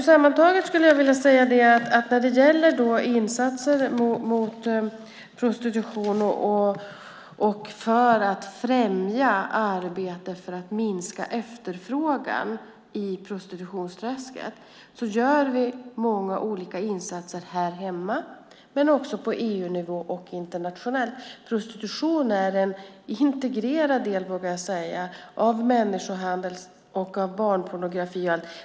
Sammantaget vill jag säga att vi gör många insatser här hemma, på EU-nivå och internationellt mot prostitution och för att främja arbetet med att minska efterfrågan i prostitutionsträsket. Prostitution är en integrerad del av människohandel och barnpornografi.